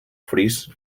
fris